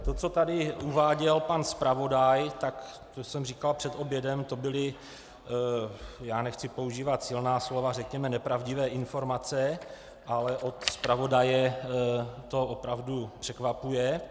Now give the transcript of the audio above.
To, co tady uváděl pan zpravodaj, to jsem říkal před obědem nechci používat silná slova byly to, řekněme, nepravdivé informace, ale od zpravodaje to opravdu překvapuje.